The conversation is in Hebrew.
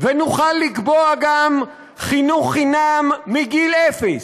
ונוכל גם לקבוע חינוך חינם מגיל אפס,